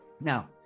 Now